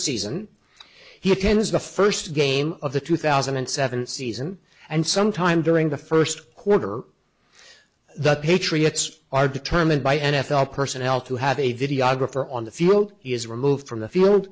season he attends the first game of the two thousand and seven season and sometime during the first quarter the patriots are determined by n f l personnel to have a videographer on the field is removed from the field